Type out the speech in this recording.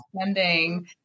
spending